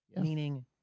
meaning